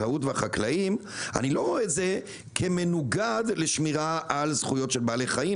אני לא רואה את זה כמנוגד לשמירה על זכויות בעלי חיים,